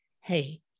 Hey